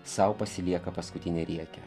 sau pasilieka paskutinę riekę